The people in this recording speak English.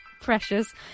Precious